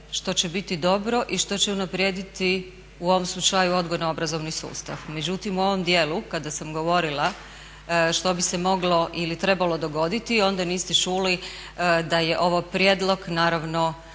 što će biti dobro i što će unaprijediti u ovom slučaju odgojno-obrazovni sustav. Međutim, u ovom dijelu kada sam govorila što bi se moglo ili trebalo dogoditi onda niste čuli da je ovo prijedlog naravno